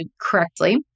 correctly